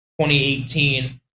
2018